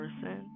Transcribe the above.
person